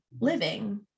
living